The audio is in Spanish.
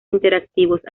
interactivos